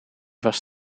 was